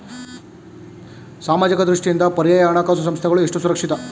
ಸಾಮಾಜಿಕ ದೃಷ್ಟಿಯಿಂದ ಪರ್ಯಾಯ ಹಣಕಾಸು ಸಂಸ್ಥೆಗಳು ಎಷ್ಟು ಸುರಕ್ಷಿತ?